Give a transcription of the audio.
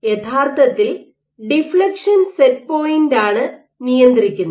യഥാർത്ഥത്തിൽ deflection set പോയിന്റാണ് നിയന്ത്രിക്കുന്നത്